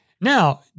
Now